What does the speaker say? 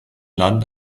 land